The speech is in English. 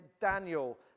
Daniel